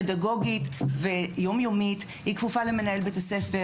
פדגוגית ויומיומית היא כפופה למנהל בית הספר,